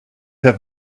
have